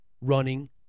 running